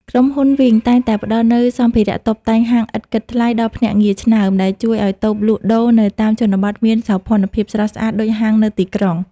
ក្រុមហ៊ុន វីង (Wing) តែងតែផ្ដល់នូវសម្ភារៈតុបតែងហាងឥតគិតថ្លៃដល់ភ្នាក់ងារឆ្នើម ដែលជួយឱ្យតូបលក់ដូរនៅតាមជនបទមានសោភ័ណភាពស្រស់ស្អាតដូចហាងនៅទីក្រុង។